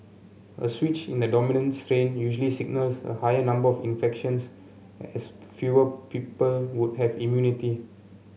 a switch in the dominant strain usually signals a higher number of infections as fewer people would have immunity